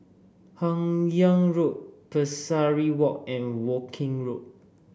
Hun Yeang Road Pesari Walk and Woking Road